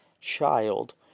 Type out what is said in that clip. child